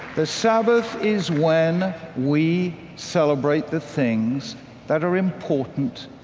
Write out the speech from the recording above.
the sabbath is when we celebrate the things that are important,